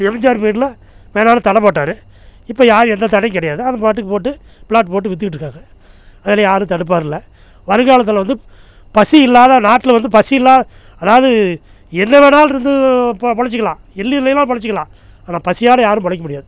எம்ஜிஆர் பீரிட்ல மேலாலே தடை போட்டார் இப்போ யார் எந்த தடையும் கிடையாது அதுபாட்டுக்கு போட்டு பிளாட் போட்டு விற்றுக்கிட்டிருக்காங்க அதெல்லாம் யாரும் தடுப்பார் இல்லை வருங்காலத்தில் வந்து பசி இல்லாத நாட்டில் வந்து பசி இல்லாத அதாவது என்ன வேணாலும் இருந்து பொ பிழச்சிக்கலாம் எள்ளு இல்லைன்னா பிழச்சிக்கலாம் ஆனால் பசியால் யாரும் பிழைக்க முடியாது